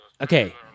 Okay